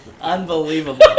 Unbelievable